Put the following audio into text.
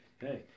hey